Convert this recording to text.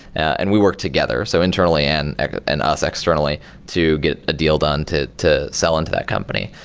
and we work together so internally and ah and us externally to get a deal done to to sell into that company,